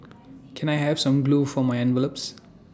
can I have some glue for my envelopes